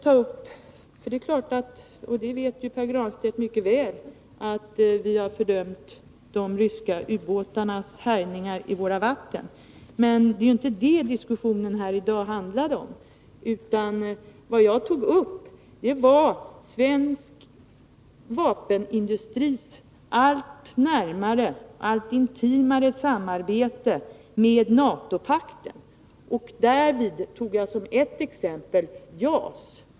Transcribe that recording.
Vi har — det vet Pär Granstedt mycket väl — fördömt de ryska ubåtarnas härjningar i våra vatten. Men det är ju inte det diskussionen här i dag handlar om. Vad jag tog upp var svensk vapenindustris allt intimare samarbete med NATO-pakten. Därvid anförde jag som ett exempel JAS.